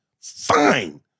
Fine